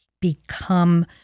become